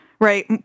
right